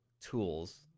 tools